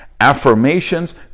Affirmations